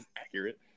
accurate